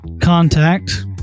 contact